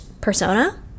persona